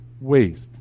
waste